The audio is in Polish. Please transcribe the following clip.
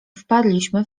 wpadliśmy